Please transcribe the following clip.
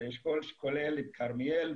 זה אשכול שכולל את כרמיאל,